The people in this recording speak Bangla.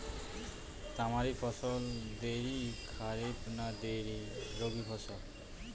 তামারি ফসল দেরী খরিফ না দেরী রবি ফসল?